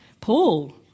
Paul